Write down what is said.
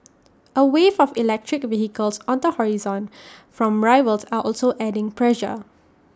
A wave of electric vehicles on the horizon from rivals are also adding pressure